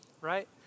right